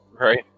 Right